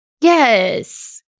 Yes